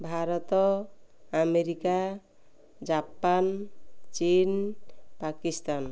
Bharat America Japan ଚୀନ ପାକିସ୍ତାନ